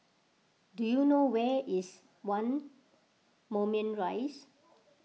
do you know where is one Moulmein Rise